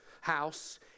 house